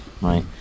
right